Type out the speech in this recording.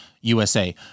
USA